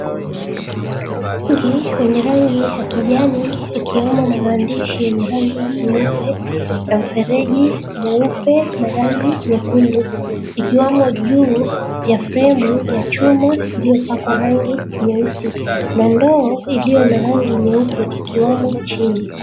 Nyingi wenye rangi ya kijani ikiwamo na maandishi yenye rangi nyeupe na mfereji mweupe na rangi nyekundu, ikiwamo juu ya fremu ya chuma iliyopakwa rangi nyeusi na ndoo iliyo na rangi nyeupe ikiwamo chini.